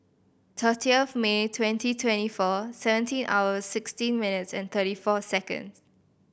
thirtieth May twenty twenty four seventeen hours sixteen minutes and thirty four seconds